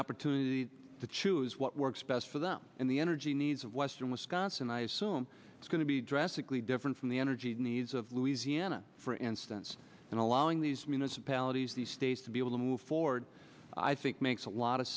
opportunity to choose what works best for them in the energy needs of western wisconsin i assume it's going to be drastically different from the energy needs of louisiana for instance and allowing these municipalities these states to be able to move forward i think makes a lot of